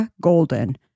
Golden